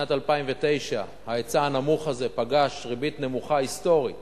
בשנת 2009 ההיצע הנמוך הזה פגש ריבית נמוכה היסטורית,